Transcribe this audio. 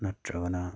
ꯅꯠꯇ꯭ꯔꯒꯅ